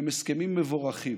הם הסכמים מבורכים,